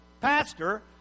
pastor